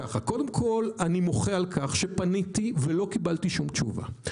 א' קודם כל אני מוחה על כך שפניתי ולא קיבלתי שום תשובה.